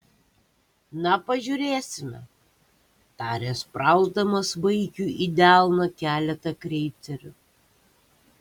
na pažiūrėsime tarė sprausdamas vaikiui į delną keletą kreicerių